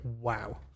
wow